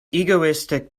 egoistic